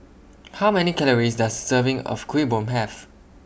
How Many Calories Does A Serving of Kuih Bom Have